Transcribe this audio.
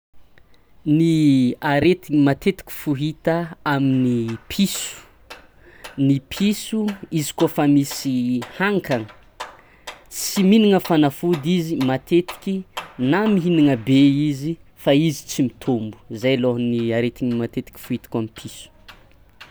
Ny aretigny matetiky fohita amin'ny piso: ny piso izy koafa misy hankagna sy minagana fanafody izy matetiky, na mihinagna be izy fa izy tsy mitômbo, zay loha ny aretigny matetiky fohitako amy piso.